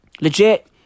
Legit